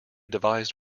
devised